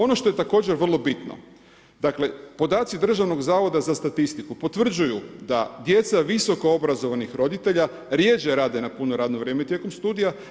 Ono što je također vrlo bitno, podaci iz Državnog zavoda za statistiku, potvrđuju da djeca visoko obrazovanih roditelja, rjeđe rade na puno radno vrijeme tijekom studija.